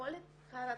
יכולת חרדה,